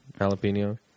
jalapeno